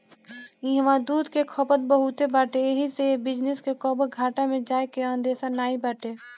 इहवा दूध के खपत बहुते बाटे एही से ए बिजनेस के कबो घाटा में जाए के अंदेशा नाई बाटे